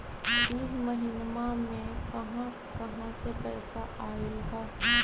इह महिनमा मे कहा कहा से पैसा आईल ह?